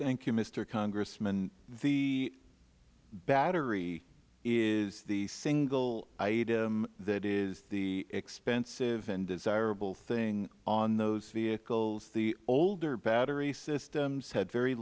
thank you mister congressman the battery is the single item that is the expensive and desirable thing on these vehicles the older battery systems had very